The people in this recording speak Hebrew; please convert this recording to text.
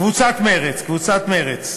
קבוצת מרצ, קבוצת מרצ.